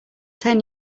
ten